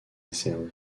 desservent